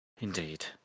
indeed